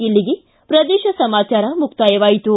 ಇಲ್ಲಿಗೆ ಪ್ರದೇಶ ಸಮಾಚಾರ ಮುಕ್ತಾಯವಾಯಿತು